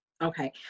okay